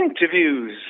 interviews